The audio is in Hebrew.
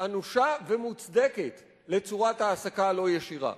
אנושה ומוצדקת לצורת ההעסקה הלא-ישירה.